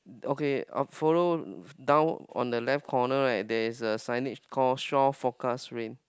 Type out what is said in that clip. okay I'll follow down on the left corner right there is a signage called shore forecast rain